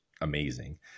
amazing